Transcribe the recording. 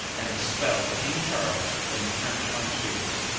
and expelled king charles from the french frontiers.